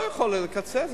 אני לא יכול לקצץ,